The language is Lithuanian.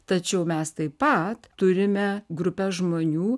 tačiau mes taip pat turime grupę žmonių